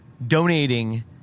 Donating